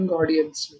audience